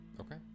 Okay